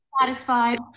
satisfied